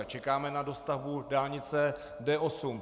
Čekáme na dostavbu dálnice D8.